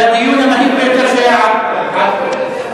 זה הדיון המהיר ביותר שהיה עד כה.